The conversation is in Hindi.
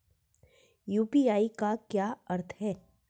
यू.पी.आई का क्या अर्थ है?